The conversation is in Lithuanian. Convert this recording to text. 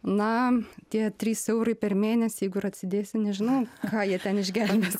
na tie trys eurai per mėnesį jeigu ir atsidėsi nežinau ką jie ten išgelbės